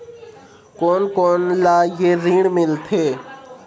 कोन कोन ला ये ऋण मिलथे?